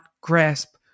grasp